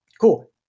cool